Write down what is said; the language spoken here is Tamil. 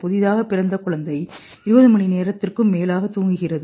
புதிதாகப் பிறந்த குழந்தை 20 மணி நேரத்திற்கும் மேலாக தூங்குகிறது